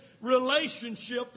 relationship